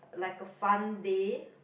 like a Fun Day